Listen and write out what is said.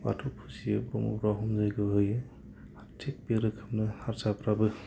बाथौ फुजियो ब्रह्मफ्रा ब्रह्म जैग' होयो थिक बे रोखोमनो हारसाफ्राबो